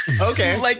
Okay